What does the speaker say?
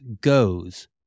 goes